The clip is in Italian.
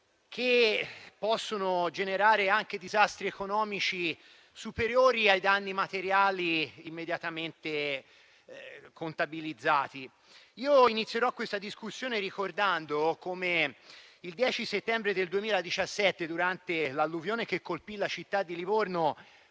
che possono generare anche disastri economici superiori ai danni materiali immediatamente contabilizzati. Inizierò questo mio intervento in discussione generale ricordando come il 10 settembre del 2017, durante l'alluvione che colpì la città di Livorno,